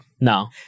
No